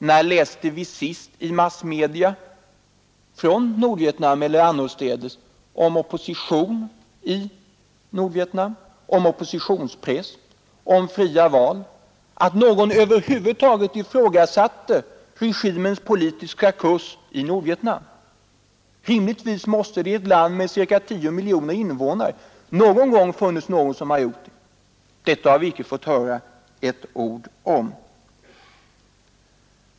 När läste vi senast i massmedia från Nordvietnam om opposition, oppositionspress eller om fria val? När läste vi att någon över huvud taget ifrågasatt regimens politiska kurs i Nordvietnam? Rimligtvis måste det i ett land med många miljoner invånare någon gång ha funnits någon där som ifrågasatt denna politik. Det har vi icke fått höra ett ord om.